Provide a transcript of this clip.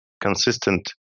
consistent